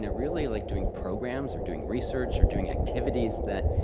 ah really like doing programs or doing research or doing activities that,